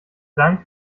dank